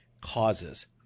causes